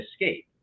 escape